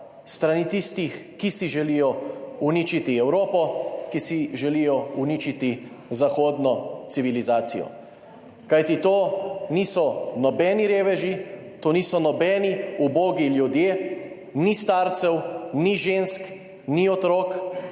strani tistih, ki si želijo uničiti Evropo, ki si želijo uničiti zahodno civilizacijo. Kajti to niso nobeni reveži, to niso nobeni ubogi ljudje, ni starcev, ni žensk, ni otrok,